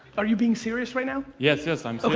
are you being serious right now? yes yes i'm so